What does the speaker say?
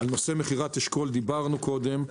בנושא מכירת אשכול דיברנו קודם.